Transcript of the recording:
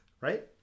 right